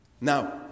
Now